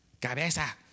cabeza